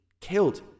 killed